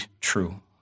true